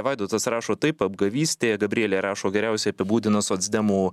vaidotas rašo taip apgavystė gabrielė rašo geriausiai apibūdino socdemų